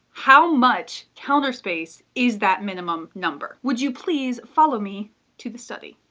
how much counter space is that minimum number? would you please follow me to the study.